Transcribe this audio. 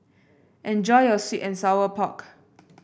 enjoy your sweet and Sour Pork